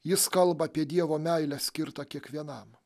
jis kalba apie dievo meilę skirtą kiekvienam